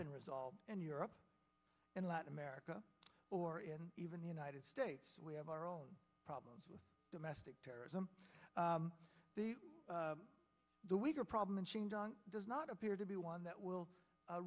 been resolved in europe in latin america or in even the united states we have our own problems with domestic terrorism the weaker problem and she does not appear to be one that will